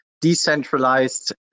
decentralized